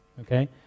okay